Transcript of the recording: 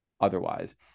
otherwise